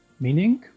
Meaning